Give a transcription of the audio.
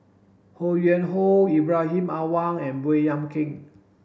Ho Yuen Hoe Ibrahim Awang and Baey Yam Keng